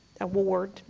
award